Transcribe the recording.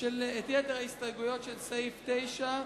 של סעיף 9,